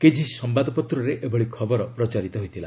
କିଛି ସମ୍ଘାଦପତ୍ରରେ ଏଭଳି ଖବର ପ୍ରଚାରିତ ହୋଇଥିଲା